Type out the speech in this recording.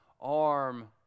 arm